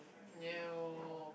no